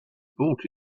brought